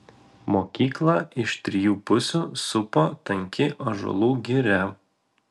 mokyklą iš trijų pusių supo tanki ąžuolų giria